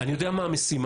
אני יודע מה המשימה,